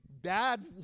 bad